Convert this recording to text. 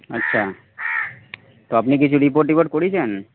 আচ্ছা তো আপনি কিছু রিপোর্ট টিপোর্ট করিয়েছেন